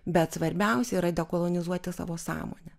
bet svarbiausia yra kolonizuoti savo sąmonę